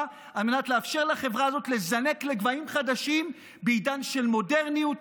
לאפשר לחברה הזאת לזנק לגבהים חדשים בעידן של מודרניות,